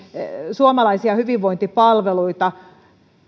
suomalaisia hyvinvointipalveluita